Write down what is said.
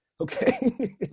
Okay